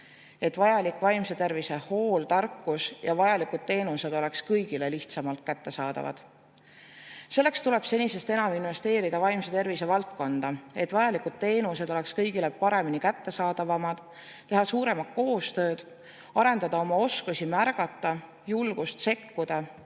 et vajalik vaimse tervise hool, tarkus ja vajalikud teenused oleksid kõigile lihtsamalt kättesaadavad. Selleks tuleb senisest enam investeerida vaimse tervise valdkonda, et vajalikud teenused oleksid kõigile paremini kättesaadavamad, teha suuremat koostööd, arendada oma oskusi märgata, julgust sekkuda